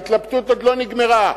ההתלבטות עוד לא נגמרה.